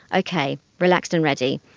okay, relaxed and ready,